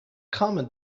common